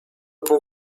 pół